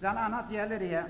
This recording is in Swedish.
Det gäller bl.a.